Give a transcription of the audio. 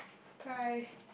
cry